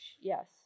Yes